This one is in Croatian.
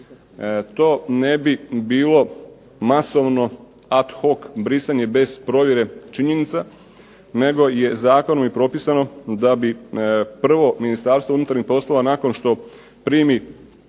to ne bi bilo masovno ad hoc brisanje bez provjere činjenica, nego je zakonom i propisano da bi prvo Ministarstvo unutarnjih poslova, nakon što primi